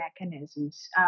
mechanisms